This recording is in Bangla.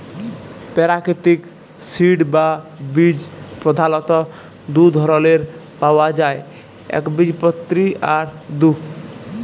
পেরাকিতিক সিড বা বীজ পধালত দু ধরলের পাউয়া যায় একবীজপত্রী আর দু